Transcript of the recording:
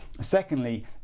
Secondly